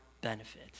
benefit